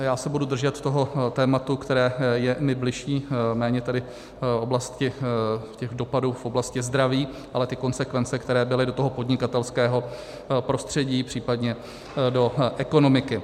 Já se budu držet toho tématu, které je mi bližší, méně tedy těch dopadů v oblasti zdraví, ale ty konsekvence, které byly do toho podnikatelského prostředí, případně do ekonomiky.